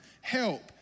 help